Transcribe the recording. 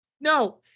no